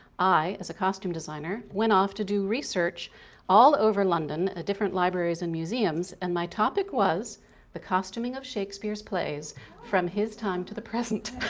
i, as a costume designer, went off to do research all over london ah different libraries and museums and my topic was the costuming of shakespeare's plays from his time to the present.